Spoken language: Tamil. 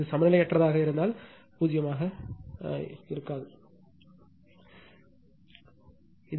இது சமநிலையற்றதாக இருந்தால் 0 ஆக இருக்கலாம் 0 ஆக இருக்காது